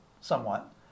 somewhat